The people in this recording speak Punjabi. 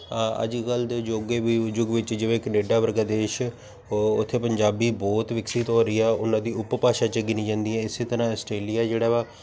ਅੱਜ ਕੱਲ੍ਹ ਦੇ ਅਜੋਕੇ ਵ ਯੁੱਗ ਵਿੱਚ ਜਿਵੇਂ ਕਨੇਡਾ ਵਰਗਾ ਦੇਸ਼ ਉੱਥੇ ਪੰਜਾਬੀ ਬਹੁਤ ਵਿਕਸਿਤ ਹੋ ਰਹੀ ਆ ਉਹਨਾਂ ਦੀ ਉਪਭਾਸ਼ਾ 'ਚ ਗਿਣੀ ਜਾਂਦੀ ਹੈ ਇਸ ਤਰ੍ਹਾਂ ਆਸਟ੍ਰੇਲੀਆ ਜਿਹੜਾ ਵਾ